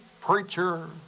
preacher